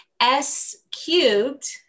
S-cubed